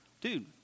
Dude